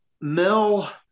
Mel